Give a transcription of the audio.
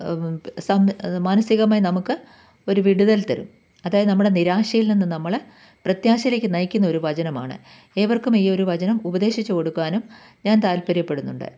മാനസികമായി നമുക്ക് ഒരു വിടുതൽ തരും അതായത് നമ്മുടെ നിരാശയിൽ നിന്ന് നമ്മളെ പ്രത്യാശയിലേക്ക് നയിക്കുന്നൊരു വചനമാണ് ഏവർക്കും ഈ ഒരു വചനം ഉപദേശിച്ച് കൊടുക്കുവാനും ഞാൻ താല്പര്യപ്പെടുന്നുണ്ട്